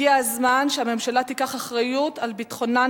הגיע הזמן שהממשלה תיקח אחריות לביטחונן